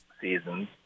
seasons